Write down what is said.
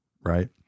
right